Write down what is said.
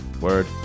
Word